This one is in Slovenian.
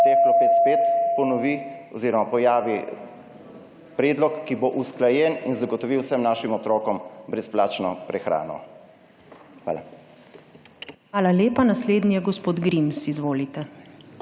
Hvala lepa. Naslednji je gospod Grims. Izvolite.